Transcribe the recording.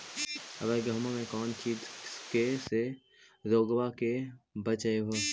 अबर गेहुमा मे कौन चीज के से रोग्बा के बचयभो?